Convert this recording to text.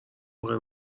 موقع